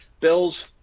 Bills